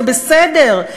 זה בסדר.